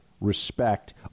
respect